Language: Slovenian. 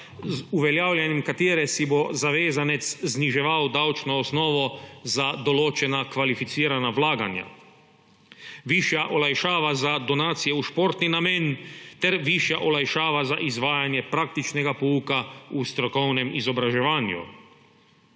uveljavljanjem katere si bo zavezanec zniževal davčno osnovo za določena kvalificirana vlaganja; višja olajšava za donacije v športni namen ter višja olajšava za izvajanje praktičnega pouka v strokovnem izobraževanju;